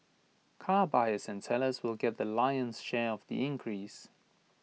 car buyers and sellers will get the lion's share of the increase